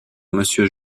monsieur